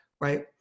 Right